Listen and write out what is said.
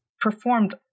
performed